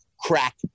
crack